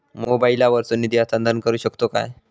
मोबाईला वर्सून निधी हस्तांतरण करू शकतो काय?